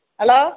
hello